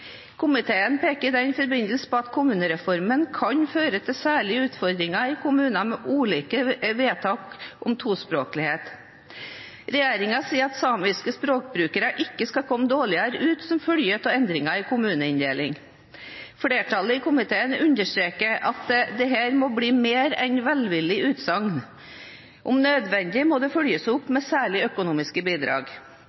Komiteen peker i denne forbindelse på at kommunereformen kan føre til særlige utfordringer i kommuner med ulike vedtak om tospråklighet. Regjeringen sier at samiske språkbrukere ikke skal komme dårligere ut som følge av endringer i kommuneinndelingen. Flertallet i komiteen understreker at dette må bli mer enn et velvillig utsagn. Om nødvendig må det følges opp